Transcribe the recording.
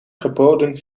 geboden